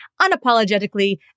unapologetically